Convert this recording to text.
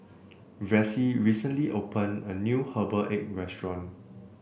Vessie recently opened a new Herbal Egg restaurant